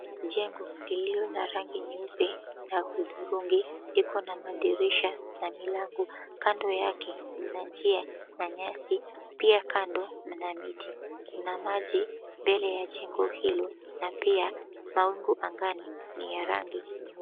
Jengo lililo na rangi nyeupe na hudhurungi iko na madirisha na milango, kando yake mna njia, nyasi, pia kando mna miti. Mna maji mbele ya jengo hilo na pia mawingu angani ni ya rangi nyeupe.